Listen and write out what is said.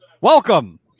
Welcome